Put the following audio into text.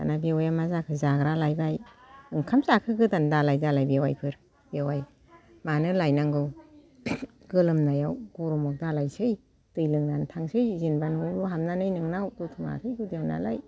दाना बेवाइया मा जाखो जाग्रा लायबाय ओंखाम जाहो गोदान दालाय दालाय बेवाइफोर बेवाइ मानो लायनांगौ गोलोमनायाव गरमाव दालायसै दै लोंनानै थांसै जेनेबा न'आवल' हाबनानै नोंनाव दत'मा हाथाइ गुदियाव नालाय